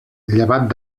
llevat